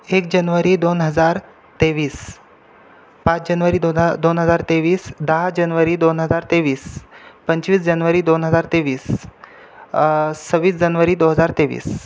एक जनवरी दोन हजार तेवीस पाच जनवरी दो जार दोन हजार तेवीस दहा जनवरी दोन हजार तेवीस पंचवीस जनवरी दोन हजार तेवीस सव्वीस जनवरी दोन हजार तेवीस